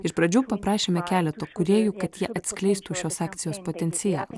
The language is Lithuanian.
iš pradžių paprašėme keleto kūrėjų kad jie atskleistų šios akcijos potencialą